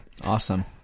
Awesome